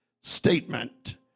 statement